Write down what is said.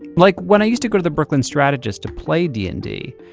like when i used to go to the brooklyn strategist to play d and d,